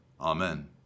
Amen